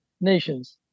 Nations